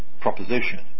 proposition